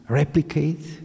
replicate